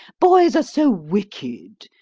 boys are so wicked.